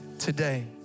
Today